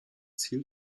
ziel